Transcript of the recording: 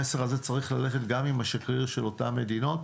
המסר הזה צריך ללכת גם עם השגרירים של אותן מדינות.